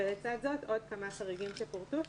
ולצד זה עוד כמה חריגים שפורטו,